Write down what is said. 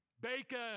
bacon